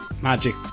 magic